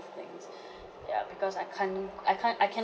things ya because I can't I can't I can't